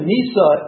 Nisa